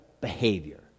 behavior